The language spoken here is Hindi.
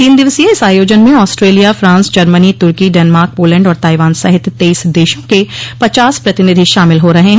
तीन दिवसीय इस आयोजन में आस्ट्रेलिया फ्रांस जर्मनी तुर्की डेनमार्क पोलेण्ड और ताईवान सहित तेईस देशों के पचास प्रतिनिधि शामिल हो रहे हैं